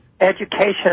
education